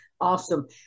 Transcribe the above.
Awesome